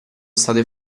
state